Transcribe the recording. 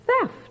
theft